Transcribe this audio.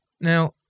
Now